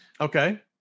Okay